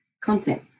Content